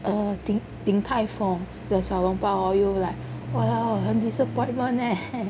err Ding Ding-Tai-Fung the xiao long bao orh like !walao! 很 disappointment leh